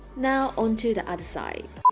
now on to the other side